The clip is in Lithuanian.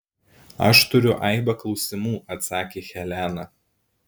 aš turiu aibę klausimų atsakė helena